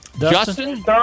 Justin